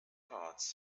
hearts